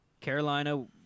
carolina